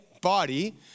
body